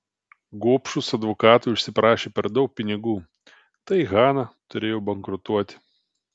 gobšūs advokatai užsiprašė per daug pinigų tai hana turėjo bankrutuoti